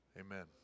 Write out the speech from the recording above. Amen